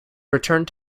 returned